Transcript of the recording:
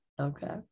Okay